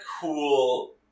cool